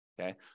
okay